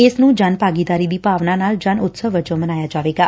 ਇਸ ਨੂੰ ਜਨ ਭਾਗੀਦਾਰੀ ਦੀ ਭਾਵਨਾ ਨਾਲ ਜਨ ਉਤਸਵ ਵਜੋਂ ਮਨਾਇਆ ਜਾਵੇਗਾ